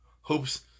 hopes